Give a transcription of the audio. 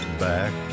back